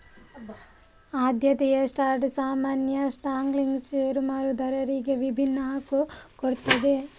ಆದ್ಯತೆಯ ಸ್ಟಾಕ್ ಸಾಮಾನ್ಯ ಸ್ಟಾಕ್ಗಿಂತ ಷೇರುದಾರರಿಗೆ ವಿಭಿನ್ನ ಹಕ್ಕು ಕೊಡ್ತದೆ